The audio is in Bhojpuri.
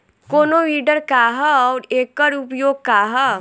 कोनो विडर का ह अउर एकर उपयोग का ह?